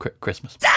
Christmas